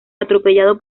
atropellado